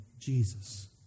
Jesus